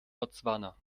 botswana